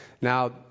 Now